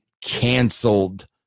canceled